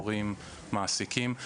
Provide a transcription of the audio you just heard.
הורים ומעסיקים.